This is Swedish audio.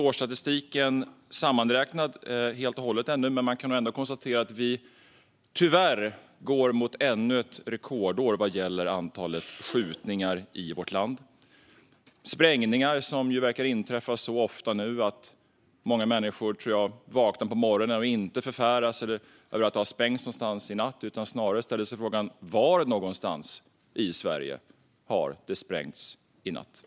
Årsstatistiken är inte sammanräknad helt och hållet ännu, men man kan ändå konstatera att vi tyvärr går mot ännu ett rekordår vad gäller antalet skjutningar i vårt land. Sprängningar verkar inträffa så ofta nu att jag tror att många människor vaknar på morgonen och inte förfäras av att det har sprängts någonstans i natt utan snarare ställer sig frågan var i Sverige det har sprängts i natt.